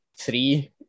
three